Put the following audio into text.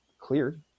cleared